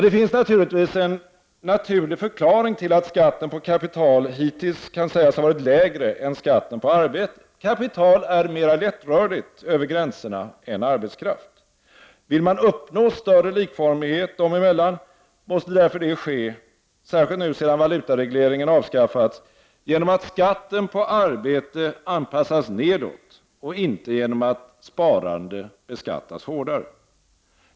Det finns en naturlig förklaring till att skatten på kapital hittills kan sägas ha varit lägre än skatten på arbete. Kapital är mera lättrörligt över gränserna än arbetskraft. Vill man uppnå större likformighet dem emellan, måste därför detta ske — särskilt nu sedan valutaregleringen avskaffats — genom att skatten på arbete anpassas nedåt och inte genom att sparande beskattas hår dare.